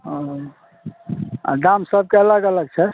आउ आ दाम सबके अलग अलग छै